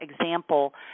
example